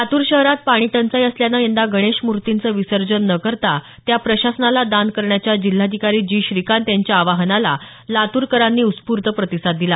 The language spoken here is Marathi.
लातूर शहरात पाणी टंचाई असल्यानं यंदा गणेश मूर्तींचं विसर्जन न करता त्या प्रशासनाला दान करण्याच्या जिल्हाधिकारी जी श्रीकांत यांच्या आवाहनाला लातूरकरांनी उस्फूर्त प्रतिसाद दिला